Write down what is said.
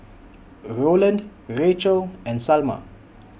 Roland Racheal and Salma